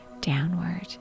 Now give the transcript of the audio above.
downward